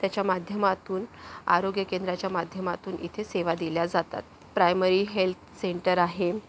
त्याच्या माध्यमातून आरोग्य केंद्राच्या माध्यमातून इथे सेवा दिल्या जातात प्रायमरी हेल्थ सेन्टर आहे